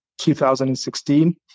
2016